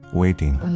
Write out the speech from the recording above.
waiting